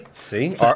See